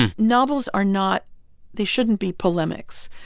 novels are not they shouldn't be polemics.